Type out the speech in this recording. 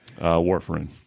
Warfarin